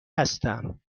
هستم